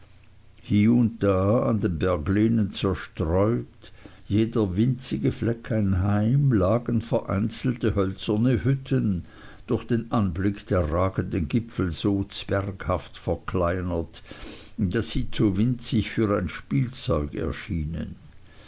an den berglehnen zerstreut jeder winzige fleck ein heim lagen vereinzelte hölzerne hütten durch den anblick der ragenden gipfel so zwerghaft verkleinert daß sie zu winzig für ein spielzeug erschienen